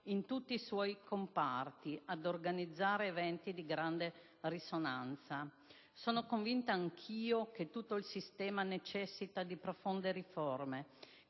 in tutti i suoi comparti, ad organizzare eventi di grande risonanza. Sono convinta anch'io che tutto il sistema necessita di profonde riforme,